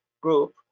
group